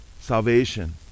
salvation